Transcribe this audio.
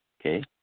okay